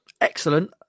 Excellent